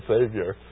Savior